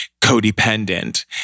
codependent